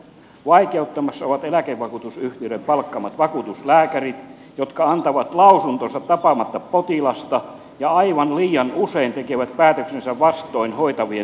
vaikeuttamassa ovat eläkevakuutusyhtiöiden palkkaamat vakuutuslääkärit jotka antavat lausuntonsa tapaamatta potilasta ja aivan liian usein tekevät päätöksensä vastoin hoitavien lääkärien lausuntoja